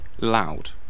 Loud